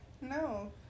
No